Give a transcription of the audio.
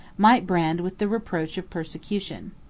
might brand with the reproach of persecution.